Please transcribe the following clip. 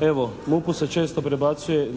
Evo, MUP-u se često predbacuje